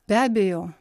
be abejo